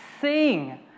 sing